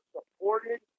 Supported